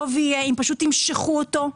וטוב יהיה אם פשוט תמשכו אותו.